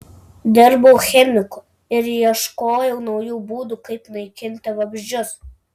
dirbau chemiku ir ieškojau naujų būdų kaip naikinti vabzdžius